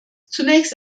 zunächst